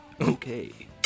Okay